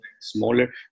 smaller